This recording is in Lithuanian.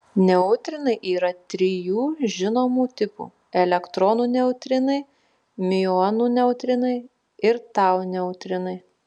neutrinai yra trijų žinomų tipų elektronų neutrinai miuonų neutrinai ir tau neutrinai